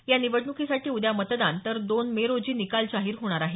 या निवडणुकीसाठी उद्या मतदान तर दोन मे रोजी निकाल जाहीर होणार आहे